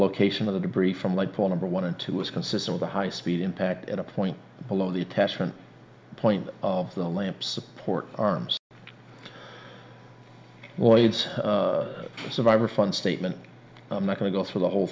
location of the debris from like four number one and two was consistent with a high speed impact at a point below the attachment point of the lamp support arms oids survivor from statement i'm not going to go through the whole